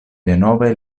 denove